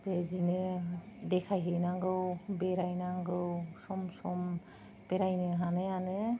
बेदिनो देखायहैनांगौ बेरायनांगौ सम सम बेरायनो हानायानो